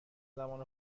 زمان